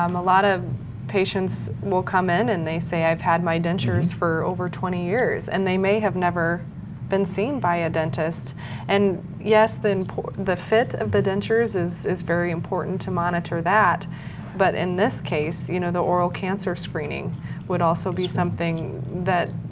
um a lot of patients will come in and they say i've had my dentures for over twenty years and they may have never been seen by a dentist and, yes, the fit of the dentures is is very important to monitor that but, in this case, you know, the oral cancer screening would also be something that,